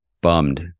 bummed